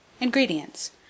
Ingredients